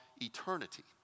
eternity